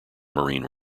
marine